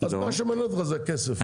מה שמעניין אותך זה הכסף.